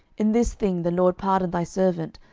in this thing the lord pardon thy servant,